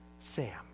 Sam